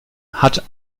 hat